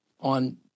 on